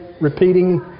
repeating